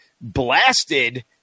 blasted